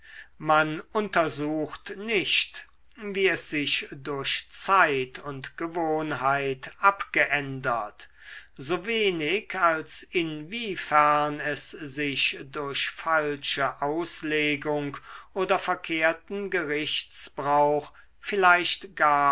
man untersucht nicht wie es sich durch zeit und gewohnheit abgeändert so wenig als inwiefern es sich durch falsche auslegung oder verkehrten gerichtsbrauch vielleicht gar